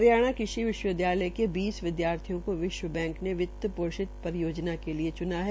हरियाणा कृषि विश्वविदयालय के बीस विदयार्थियों को विश्व बैंक ने वित पोषित परियोजना के लिये च्ना है